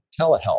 telehealth